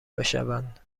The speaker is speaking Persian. بشوند